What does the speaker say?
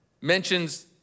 mentions